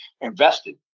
invested